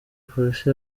polisi